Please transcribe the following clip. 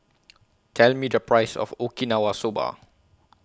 Tell Me The Price of Okinawa Soba